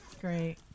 Great